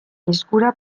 eskura